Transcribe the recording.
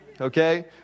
okay